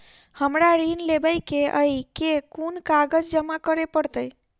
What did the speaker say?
हमरा ऋण लेबै केँ अई केँ कुन कागज जमा करे पड़तै?